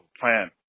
plan